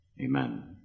Amen